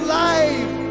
life